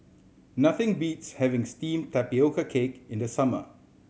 nothing beats having steamed tapioca cake in the summer